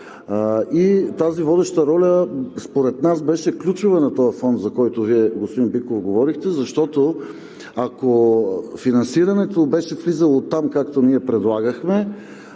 Тази водеща роля според нас беше ключова за този фонд, за който Вие, господин Биков, говорихте, защото ако финансирането беше влизало оттам, както ние предлагахме,